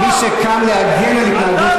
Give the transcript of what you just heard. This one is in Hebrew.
הפאשיזם לא יעבור.